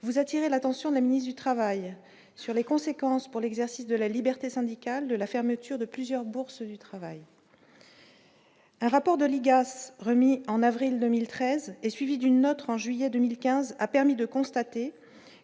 vous attirer l'attention de la ministre du Travail, sur les conséquences pour l'exercice de la liberté syndicale, de la fermeture de plusieurs bourses du travail un rapport de l'IGAS, remis en avril 2013 et suivie d'une autre en juillet 2015, a permis de constater